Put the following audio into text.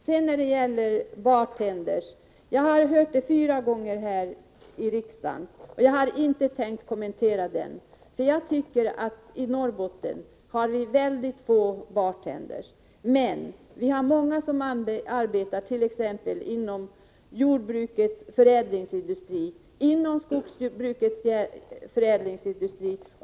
Argumentet om bartenders har jag hört fyra gånger här i riksdagen, och jag har inte tänkt kommentera det. I Norrbotten har vi väldigt få bartenders, men vi har många som arbetar t.ex. inom jordbrukets och skogsbrukets förädlingsindustrier.